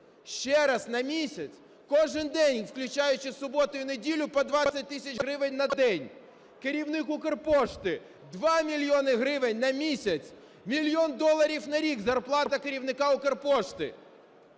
ще раз, на місяць. Кожен день, включаючи суботу і неділю, по 20 тисяч на день. Керівник "Укрпошти" - 2 мільйони гривень на місяць. Мільйон доларів на рік зарплата керівника "Укрпошти".